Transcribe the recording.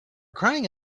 crying